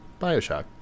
bioshock